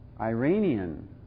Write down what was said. Iranian